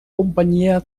companyia